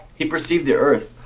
he perceived the earth.